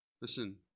Listen